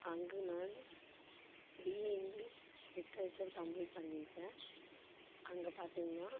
அங்கு நான் BA English literature complete பண்ணிருக்கேன் அங்கே பார்த்திங்னா